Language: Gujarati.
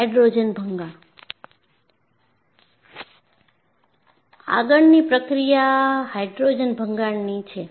હાયડ્રોજન ભંગાણ આગળની પ્રક્રિયાએ હાઇડ્રોજન ભંગાણની છે